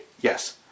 Yes